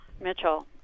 Mitchell